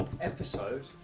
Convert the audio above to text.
episode